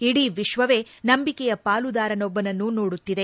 ಇಡೀ ವಿಶ್ವವೇ ನಂಬಿಕೆಯ ಪಾಲುದಾರನೊಬ್ವನನ್ನು ನೋಡುತ್ತಿದೆ